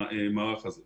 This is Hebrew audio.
אני